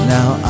Now